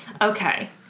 Okay